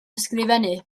ysgrifennu